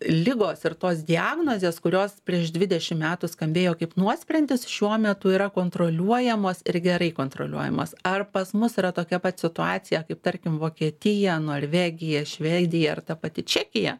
ligos ir tos diagnozės kurios prieš dvidešim metų skambėjo kaip nuosprendis šiuo metu yra kontroliuojamos ir gerai kontroliuojamos ar pas mus yra tokia pat situacija kaip tarkim vokietija norvegija švedija ar ta pati čekija